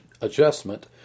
adjustment